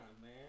man